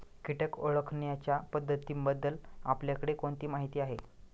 कीटक ओळखण्याच्या पद्धतींबद्दल आपल्याकडे कोणती माहिती आहे?